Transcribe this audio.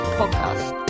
podcast